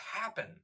happen